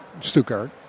Stuttgart